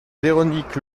véronique